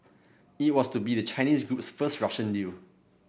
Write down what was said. it was to be the Chinese group's first Russian deal